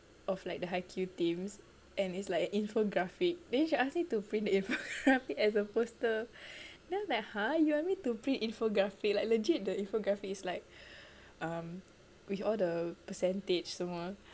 of like the haikyuu teams and it's like an infographic then she ask me to print the infographic as a poster then like !huh! you want me to print infographic like legit the infographic is like um with all the percentage semua